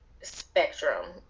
spectrum